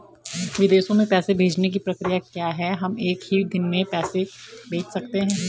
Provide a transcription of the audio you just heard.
विदेशों में पैसे भेजने की प्रक्रिया क्या है हम एक ही दिन में पैसे भेज सकते हैं?